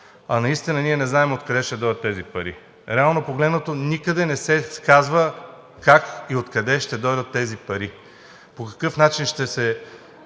А наистина ние не знаем откъде ще дойдат тези пари. Никъде не се казва как и откъде ще дойдат тези пари, по какъв начин ще се